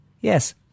yes